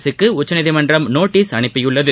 அரசுக்கு உச்சநீதிமன்றம் நோட்டீஸ் அனுப்பியுள்ளது